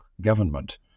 government